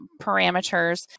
parameters